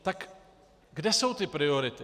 Tak kde jsou ty priority?